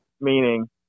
meaning